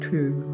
Two